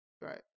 Right